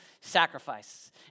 sacrifice